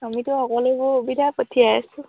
আমিতো সকলোবোৰ সুবিধা পঠিয়াইছোঁ